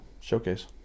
showcase